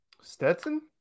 Stetson